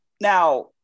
now